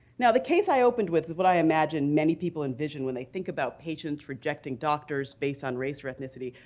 now, the case i opened with is what i imagine many people envision when they think about patients rejecting doctors based on race or ethnicity,